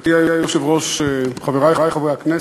גברתי היושבת-ראש, חברי חברי הכנסת,